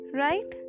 right